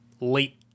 late